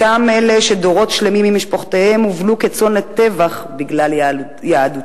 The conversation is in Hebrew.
אותם אלה שדורות שלמים עם משפחותיהם הובלו כצאן לטבח בגלל יהדותם,